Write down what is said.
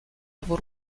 его